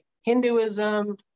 Hinduism